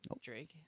Drake